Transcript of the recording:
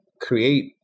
create